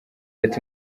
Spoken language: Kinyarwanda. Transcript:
ati